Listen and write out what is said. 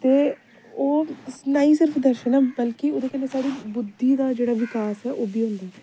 ते ओह् ना गै सिर्फ दर्शन बल्कि ओह्दे कन्नै साढ़ी बुद्धि दा जेह्ड़ा बिकास ऐ ओह् बी होंदा ऐ